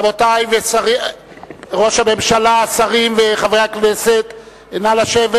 רבותי, ראש הממשלה, שרים וחברי הכנסת, נא לשבת.